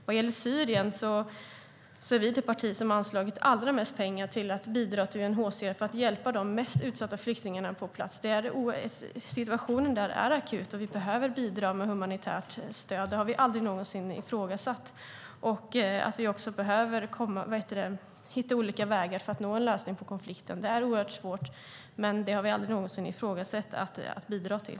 Vad gäller Syrien är vi det parti som har anslagit allra mest pengar till att bidra till UNHCR för att hjälpa de mest utsatta flyktingarna på plats. Situationen där är akut, och vi behöver bidra med humanitärt stöd. Det har vi aldrig någonsin ifrågasatt. Vi behöver också hitta olika vägar för att nå en lösning på konflikten. Det är oerhört svårt, men det har vi aldrig någonsin ifrågasatt att vi ska bidra till.